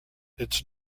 it’s